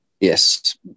Yes